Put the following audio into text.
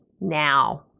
now